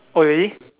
oh really